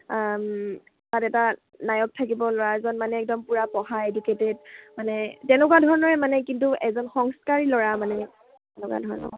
তাত এটা নায়ক থাকিব ল'ৰা এজন মানে একদম পূৰা পঢ়া এডুকেটেড মানে তেনেকুৱা ধৰণৰে মানে কিন্তু এজন সংস্কাৰী ল'ৰা মানে তেনেকুৱা ধৰণৰ